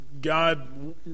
God